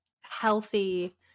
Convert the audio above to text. healthy